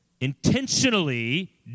intentionally